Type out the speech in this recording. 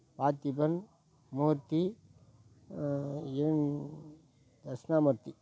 பார்த்திபன் மூர்த்தி யூன் தட்சிணாமூர்த்தி